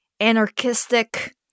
anarchistic